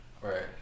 Right